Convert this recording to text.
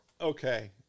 Okay